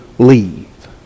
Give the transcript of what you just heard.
Leave